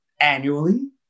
annually